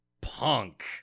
punk